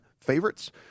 favorites